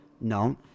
No